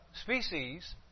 species